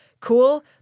Cool